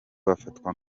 bafatwa